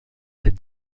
ses